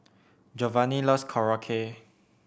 Jovani loves Korokke